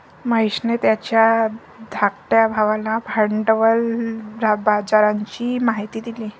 महेशने त्याच्या धाकट्या भावाला भांडवल बाजाराची माहिती दिली